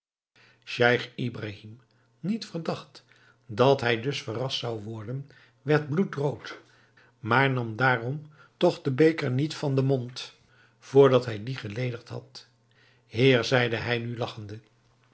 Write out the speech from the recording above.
scheich ibrahim niet verdacht dat hij dus verrast zou worden werd bloedrood maar nam daarom toch den beker niet van den mond vr dat hij dien geledigd had heer zeide hij nu lagchende